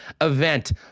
event